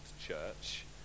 church